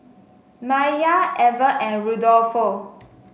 Maiya Ever and Rudolfo